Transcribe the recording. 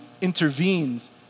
intervenes